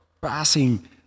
passing